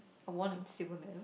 I won a silver medal